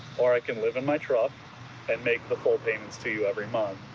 or i can live in my truck and make the full payments to you every month.